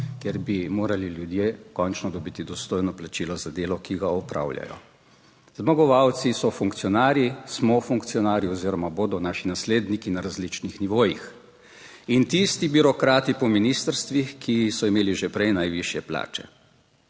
kjer bi morali ljudje končno dobiti dostojno plačilo za delo, ki ga opravljajo. Zmagovalci so funkcionarji, smo funkcionarji oziroma bodo naši nasledniki na različnih nivojih in tisti birokrati po ministrstvih, ki so imeli že prej najvišje plače